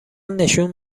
نشون